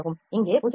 இங்கே 0